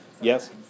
Yes